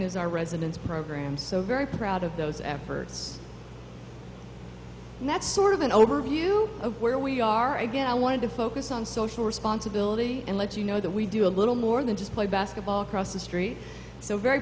is our residents program so very proud of those efforts and that's sort of an overview of where we are again i wanted to focus on social responsibility and let you know that we do a little more than just play basketball across the street so very